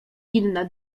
inna